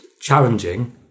challenging